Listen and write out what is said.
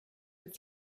and